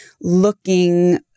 looking